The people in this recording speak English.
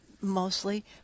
mostly